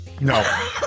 No